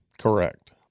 Correct